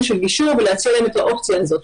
של גישור ולהציע להם את האופציה הזאת,